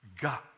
God